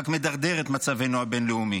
רק מדרדר את מצבנו הבין-לאומי.